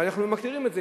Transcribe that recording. ואנחנו מכירים את זה,